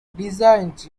designed